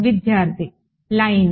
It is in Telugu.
విద్యార్థి లైన్